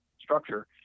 structure